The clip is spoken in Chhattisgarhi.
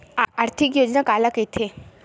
आर्थिक योजना काला कइथे?